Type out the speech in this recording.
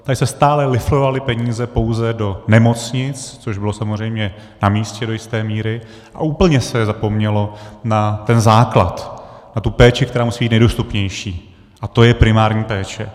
Tady se stále lifrovaly peníze pouze do nemocnic, což bylo samozřejmě namístě do jisté míry, a úplně se zapomnělo na ten základ, na tu péči, která musí být nejdostupnější, a to je primární péče.